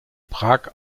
prag